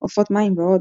עופות מים ועוד.